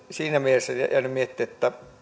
siinä mielessä olen jäänyt miettimään